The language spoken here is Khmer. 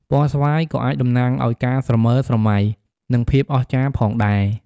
ពណ៌ស្វាយក៏អាចតំណាងឱ្យការស្រមើស្រមៃ និងភាពអស្ចារ្យផងដែរ។